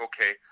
okay